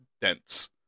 dense